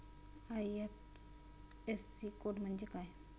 IFSC code म्हणजे काय?